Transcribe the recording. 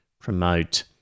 promote